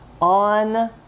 on